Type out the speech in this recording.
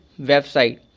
website